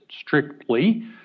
strictly